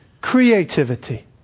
creativity